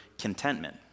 contentment